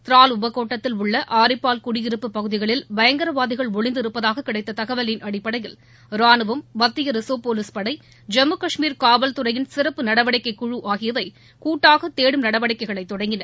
த்ரால் உபகோட்டத்தில் உள்ள ஆரிப்பால் குடியிருப்பு பகுதிகளில் பயங்கரவாதிகள் ஒளிந்து இருப்பதாக கிடைத்த தகவல் அடிப்படையில் ரானுவம் மத்திய ரிசர்வ் போலீஸ் படை ஜம்மு கஷ்மீர் காவல்துறையின் சிறப்பு நடவடிக்கைக் குழு ஆகியவை கூட்டாக தேடும் நடவடிக்கைகளை தொடங்கின